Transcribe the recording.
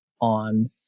on